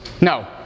No